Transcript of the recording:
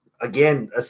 again